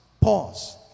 Pause